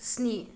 स्नि